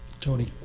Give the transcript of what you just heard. Tony